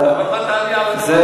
זה,